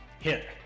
Hit